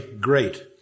great